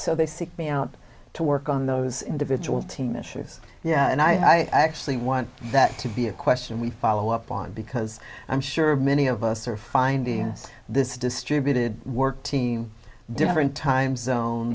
so they seek me out to work on those individual team issues yeah and i actually want that to be a question we follow up on because i'm sure many of us are finding this distributed work team different time zone